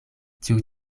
tiu